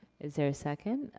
is there a second?